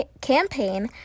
campaign